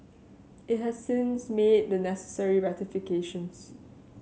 it has since made the necessary rectifications